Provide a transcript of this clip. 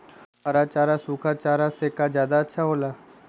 हरा चारा सूखा चारा से का ज्यादा अच्छा हो ला?